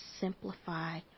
simplify